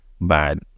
bad